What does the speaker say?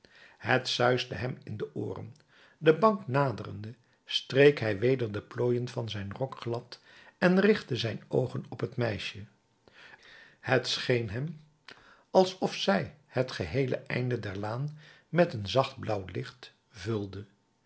het suisde hem in de ooren de bank naderende streek hij weder de plooien van zijn rok glad en richtte zijn oogen op het meisje t scheen hem alsof zij het geheele einde der laan met een zacht blauw licht vulde